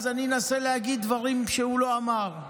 אז אני אנסה להגיד דברים שהוא לא אמר.